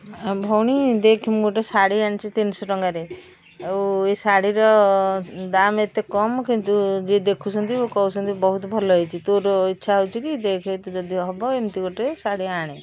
ଆଉ ଭଉଣୀ ଦେଖ୍ ମୁଁ ଗୋଟେ ଶାଢ଼ୀ ଆଣିଛି ତିନିଶହ ଟଙ୍କାରେ ଆଉ ଏ ଶାଢ଼ୀର ଦାମ୍ ଏତେ କମ୍ କିନ୍ତୁୁ ଯିଏ ଦେଖୁଛନ୍ତି କହୁଛନ୍ତିି ବହୁତ ଭଲ ହେଇଛି ତୋର ଇଚ୍ଛା ହେଉଛି କି ଦେଖ୍ ତୁ ଯଦି ହେବ ଏମିତି ଗୋଟେ ଶାଢ଼ୀ ଆଣେ